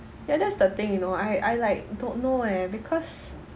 ya that's the thing you know I I like don't know leh because